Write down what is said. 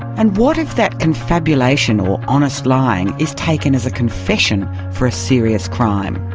and what if that confabulation or honest lying is taken as a confession for a serious crime?